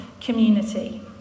community